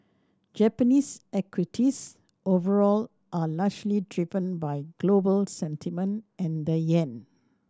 Japanese equities overall are largely driven by global sentiment and the yen